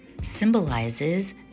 symbolizes